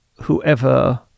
whoever